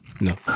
No